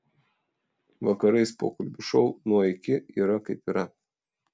vakarais pokalbių šou nuo iki yra kaip yra